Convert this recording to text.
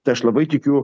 tai aš labai tikiu